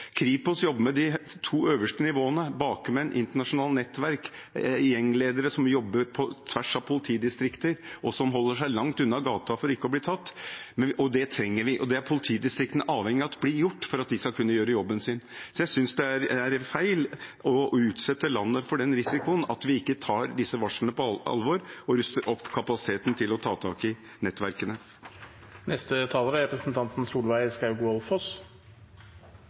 Kripos jobber med de to øverste nivåene – bakmenn, internasjonale nettverk, gjengledere som jobber på tvers av politidistrikter, og som holder seg langt unna gata for ikke å bli tatt – og det trenger vi, og det er politidistriktene avhengig av at blir gjort for at de skal kunne gjøre jobben sin. Så jeg synes det er feil å utsette landet for den risikoen at vi ikke tar disse varslene på alvor og ikke ruster opp kapasiteten til å ta tak i nettverkene. Jeg tar ordet igjen etter å ha blitt referert til av representanten